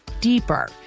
deeper